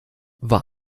war